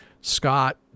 Scott